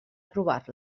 aprovar